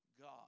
God